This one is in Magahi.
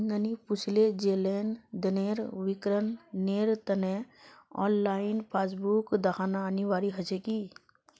नंदनी पूछले जे लेन देनेर विवरनेर त न ऑनलाइन पासबुक दखना अनिवार्य छेक की